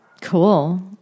Cool